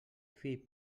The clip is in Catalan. fill